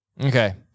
Okay